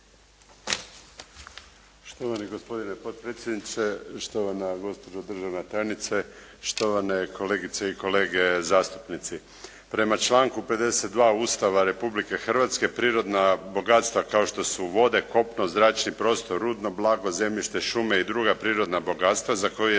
Štovani gospodine potpredsjedniče, štovana gospođo državna tajnice, štovane kolegice i kolege zastupnici. Prema članku 52. Ustava Republke Hrvatske prirodna bogatstva kao što su vode, kopno, zračni prostor, rudno blago, zemljište, šume i druga prirodna bogatstva za koje je